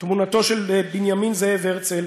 תמונתו של בנימין זאב הרצל,